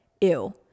ew